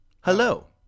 Hello